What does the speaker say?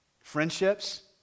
Friendships